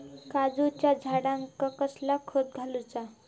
काजूच्या झाडांका कसला खत घालूचा?